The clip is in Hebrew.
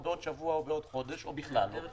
היום עוד יש להם מרווח עד 20%. אם הם עוד לא הגיעו ל-20%,